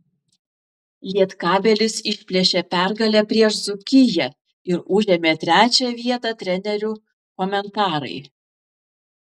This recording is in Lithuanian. lietkabelis išplėšė pergalę prieš dzūkiją ir užėmė trečią vietą trenerių komentarai